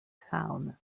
town